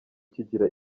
kigira